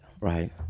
right